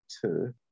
two